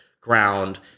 ground